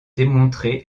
démontrer